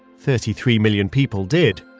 thirty three million people did.